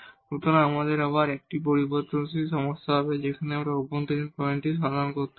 সুতরাং আমাদের আবার 1 টি ভেরিয়েবল সমস্যা হবে আমাদের সেখানে ইনটিরিওর পয়েন্টটি সন্ধান করতে হবে